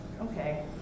Okay